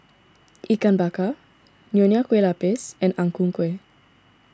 Ikan Bakar Nonya Kueh Lapis and Ang Ku Kueh